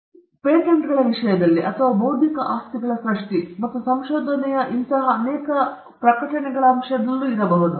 ಇದು ಪೇಟೆಂಟ್ಗಳ ವಿಷಯದಲ್ಲಿ ಅಥವಾ ಬೌದ್ಧಿಕ ಆಸ್ತಿಗಳ ಸೃಷ್ಟಿ ಮತ್ತು ಸಂಶೋಧನೆಯ ಸಂಶೋಧನೆಗಳ ಅನೇಕ ಅಂಶಗಳಲ್ಲಿ ಪ್ರಕಟಣೆಗಳ ವಿಷಯದಲ್ಲಿ ಬರಬಹುದು